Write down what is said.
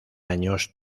años